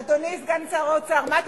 אדוני סגן שר האוצר, מה תצטרך?